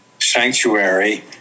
sanctuary